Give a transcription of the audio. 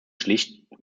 schlicht